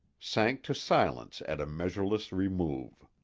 sank to silence at a measureless remove.